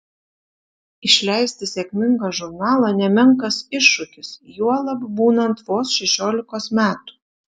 išleisti sėkmingą žurnalą nemenkas iššūkis juolab būnant vos šešiolikos metų